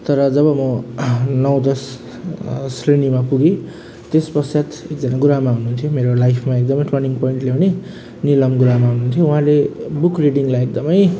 तर जब म नौ दस श्रेणीमा पुगेँ त्यस पश्चात एकजना गुरुआमा हुनुहुन्थ्यो मेरो लाइफमा एकदमै टर्निङ पोइन्ट ल्याउने निलम गुरुआमा हुनुहुन्थ्यो उहाँले बुक रिडिङलाई एकदमै